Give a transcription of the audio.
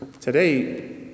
today